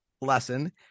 lesson